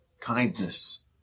kindness